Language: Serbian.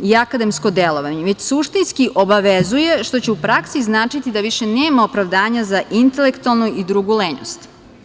i akademsko delovanje, već suštinski obavezuje, što će u praksi značiti da nema više opravdanja za intelektualnu i drugu lenjost.